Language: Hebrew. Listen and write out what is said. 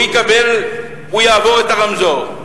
הוא יעבור את הרמזור.